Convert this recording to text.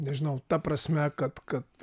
nežinau ta prasme kad kad